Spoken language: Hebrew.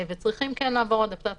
אבל הם כן צריכים לעבור התאמה